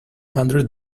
hundred